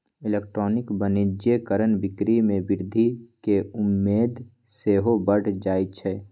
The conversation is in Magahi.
इलेक्ट्रॉनिक वाणिज्य कारण बिक्री में वृद्धि केँ उम्मेद सेहो बढ़ जाइ छइ